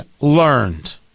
learned